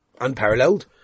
unparalleled